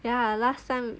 ya last time